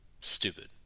stupid